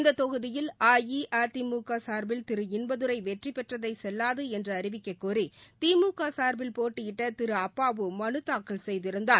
இந்த தொகுதியில் அஇஅதிமுக சார்பில் திரு இன்பதுரை வெற்றிபெற்றதை செல்வாது என்று அறிவிக்கக்கோரி திரு திமுக சார்பில் போட்டியிட்ட திரு அப்பாவு மனு தாக்கல் செய்திருந்தார்